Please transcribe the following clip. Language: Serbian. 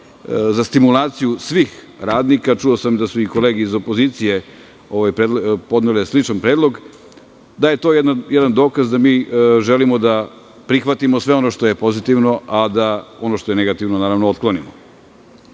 za stimulaciju svih radnika, čuo sam da su i kolege iz opozicije podnele sličan predlog, da je to jedan dokaz da mi želimo da prihvatimo sve ono što je pozitivno, a da ono što je negativno, naravno otklonimo. Povećan